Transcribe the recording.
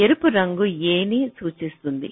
ఎరుపు రంగు A ని సూచిస్తుంది